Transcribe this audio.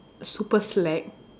super slack